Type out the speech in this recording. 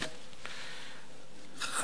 תודה,